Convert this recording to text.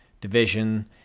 division